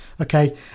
Okay